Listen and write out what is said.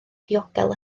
ddiogel